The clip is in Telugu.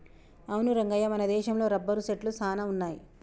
అవును రంగయ్య మన దేశంలో రబ్బరు సెట్లు సాన వున్నాయి